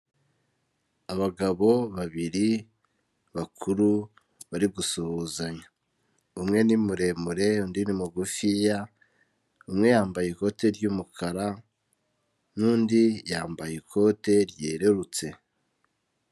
Abagabo babiri bakuru bari gusuhuzanya, umwe ni muremure undi ni mugufiya, umwe yambaye ikote ry'umukara n'undi yambaye ikote ryererutse.